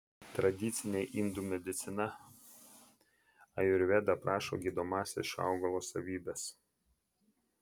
tradicinė indų medicina ajurveda aprašo gydomąsias šio augalo savybes